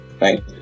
right